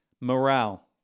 morale